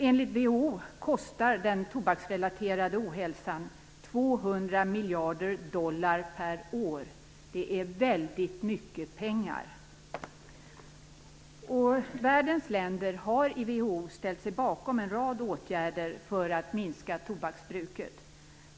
Enligt WHO kostar den tobaksrelaterade ohälsan 200 miljarder dollar per år. Det är väldigt mycket pengar. Världens länder har i WHO ställt sig bakom en rad åtgärder för att minska tobaksbruket.